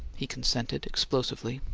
he consented, explosively.